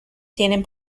tienen